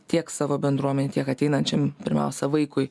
tiek savo bendruomenei tiek ateinančiam pirmiausia vaikui